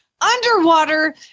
underwater